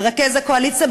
מרכז האופוזיציה,